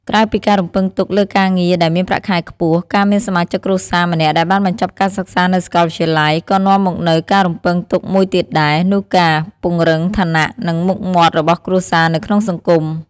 ក្រៅពីការរំពឹងទុកលើការងារដែលមានប្រាក់ខែខ្ពស់ ការមានសមាជិកគ្រួសារម្នាក់ដែលបានបញ្ចប់ការសិក្សានៅសាកលវិទ្យាល័យ ក៏នាំមកនូវការរំពឹងទុកមួយទៀតដែរ នោះគឺការពង្រឹងឋានៈ និងមុខមាត់របស់គ្រួសារនៅក្នុងសង្គម។